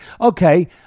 Okay